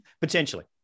potentially